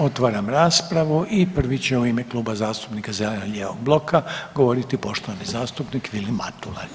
Otvaram raspravu i prvi će u ime Kluba zastupnika zeleno-lijevog bloka govoriti poštovani zastupnik Vilim Matula.